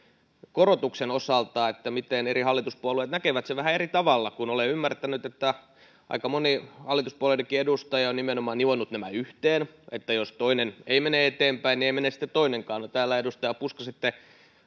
korotuksen osalta eri hallituspuolueet näkevät sen vähän eri tavalla olen ymmärtänyt että aika moni hallituspuolueidenkin edustaja on nimenomaan nivonut nämä yhteen niin että jos toinen ei mene eteenpäin niin ei mene sitten toinenkaan no täällä edustaja puska sitten